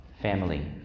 family